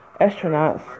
astronauts